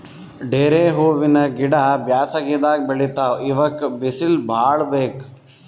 ಡೇರೆ ಹೂವಿನ ಗಿಡ ಬ್ಯಾಸಗಿದಾಗ್ ಬೆಳಿತಾವ್ ಇವಕ್ಕ್ ಬಿಸಿಲ್ ಭಾಳ್ ಬೇಕ್